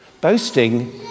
Boasting